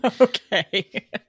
Okay